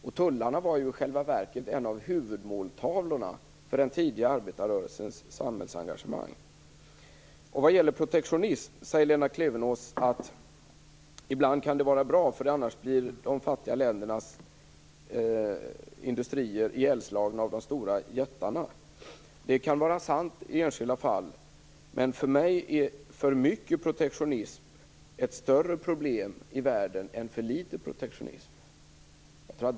Tullarna var i själva verket en av huvudmåltavlorna för den tidiga arbetarrörelsens samhällsengagemang. Vad gäller protektionism säger Lena Klevenås att det ibland kan vara bra, för annars blir de fattiga ländernas industrier ihjälslagna av de stora jättarna. Det kan vara sant i enskilda fall. Men för mig är för mycket protektionism ett större problem i världen än för litet protektionism.